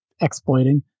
exploiting